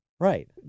Right